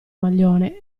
maglione